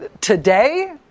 Today